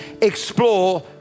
explore